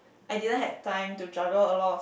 I didn't had time to juggle a lot of